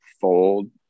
fold